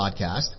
Podcast